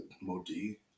Modi